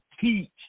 teach